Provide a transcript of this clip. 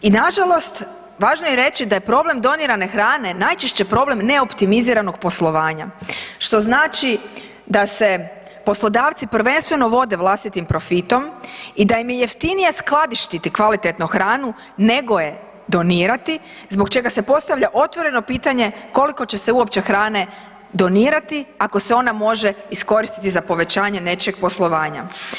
I nažalost, važno je reći da je problem donirane hrane, najčešće problem neoptimiziranog poslovanja, što znači da se poslodavci prvenstveno vode vlastitim profitom i da im je jeftinije skladištiti kvalitetno hranu nego je donirati zbog čega se otvoreno pitanje koliko će se uopće hrane donirati ako se ona može iskoristiti za povećanje nečijeg poslovanja?